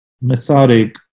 methodic